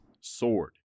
sword